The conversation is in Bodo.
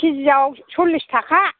केजिआव सल्लिस थाखा